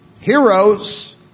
Heroes